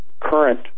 current